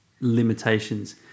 limitations